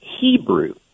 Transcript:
hebrew